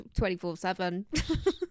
24-7